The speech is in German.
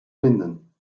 finden